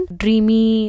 dreamy